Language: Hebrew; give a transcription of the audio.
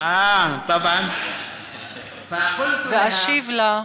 ("ואשיב לה: